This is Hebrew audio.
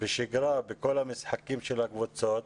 בשגרה בכל המשחקים של הקבוצות.